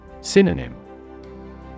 Synonym